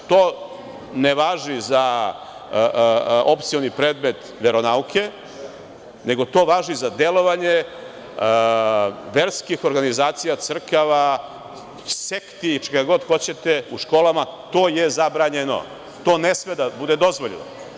To ne važi za opcioni predmet veronauke, nego to važi za delovanje verskih organizacija, crkava, sekti i čega god hoćete u školama, to je zabranjeno, to ne sme da bude dozvoljeno.